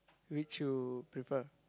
which you prefer